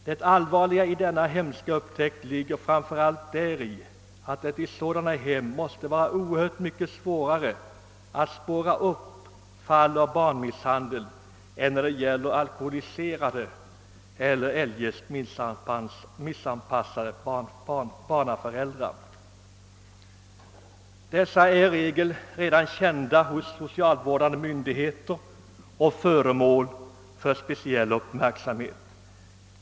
Det allvarliga i denna hemska upptäckt ligger framför allt däri att det i sådana hem måste vara oerhört mycket svårare att spåra upp fall av barnmisshandel än när föräldrarna är alkoholiserade eller eljest missanpassade. De senare kategorierna är i regel kända hos socialvårdande myndigheter och föremål för speciell uppmärksamhet.